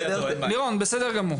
לירון, בסדר גמור.